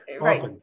right